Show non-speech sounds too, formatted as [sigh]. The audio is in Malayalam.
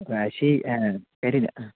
വാശി ആ [unintelligible] ആ